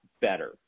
better